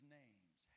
names